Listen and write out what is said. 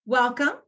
Welcome